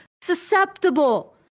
Susceptible